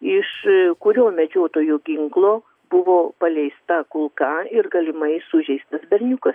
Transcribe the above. iš kurio medžiotojų ginklo buvo paleista kulka ir galimai sužeistas berniukas